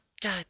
God